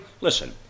listen